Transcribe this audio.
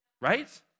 Right